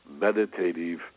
meditative